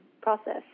process